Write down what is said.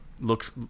looks